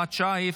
הוראת שעה),